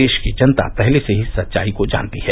देश की जनता पहले से ही इस सच्चाई को जानती है